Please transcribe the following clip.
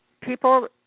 people